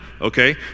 Okay